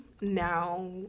now